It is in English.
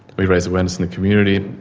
we raise awareness in the community,